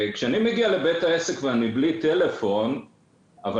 כשאני מגיע לבית העסק ואני בלי טלפון אבל